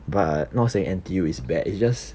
but not saying N_T_U is bad it's just